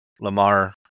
Lamar